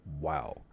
wow